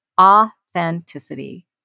authenticity